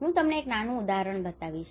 હું તમને એક નાનું ઉદાહરણ બતાવીશ